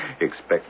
Expect